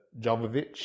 Jovovich